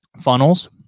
funnels